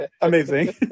Amazing